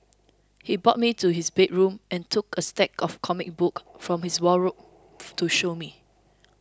he brought me to his bedroom and took a stack of comic books from his wardrobe to show me